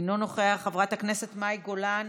אינו נוכח, חברת הכנסת מאי גולן,